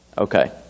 Okay